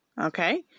Okay